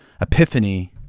epiphany